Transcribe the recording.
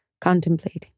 contemplating